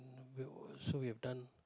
so we have done